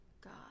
God